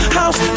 house